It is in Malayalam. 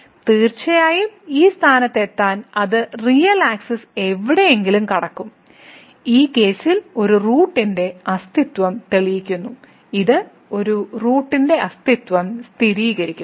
തീർച്ചയായും ഈ സ്ഥാനത്ത് എത്താൻ അത് റിയൽ ആക്സിസ് എവിടെയെങ്കിലും കടക്കും ഈ കേസിൽ ഒരു റൂട്ടിന്റെ അസ്തിത്വം തെളിയിക്കുന്നു ഇത് ഒരു റൂട്ടിന്റെ അസ്തിത്വം സ്ഥിരീകരിക്കുന്നു